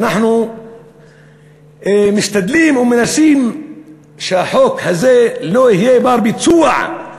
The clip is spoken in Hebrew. ואנחנו משתדלים ומנסים שהחוק הזה לא יהיה בר-ביצוע.